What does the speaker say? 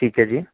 ਠੀਕ ਹੈ ਜੀ